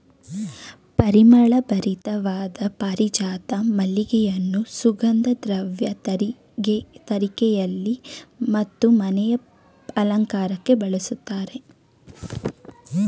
ಪರಿಮಳ ಭರಿತವಾದ ಪಾರಿಜಾತ ಮಲ್ಲಿಗೆಯನ್ನು ಸುಗಂಧ ದ್ರವ್ಯ ತಯಾರಿಕೆಯಲ್ಲಿ ಮತ್ತು ಮನೆಯ ಅಲಂಕಾರಕ್ಕೆ ಬಳಸ್ತರೆ